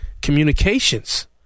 communications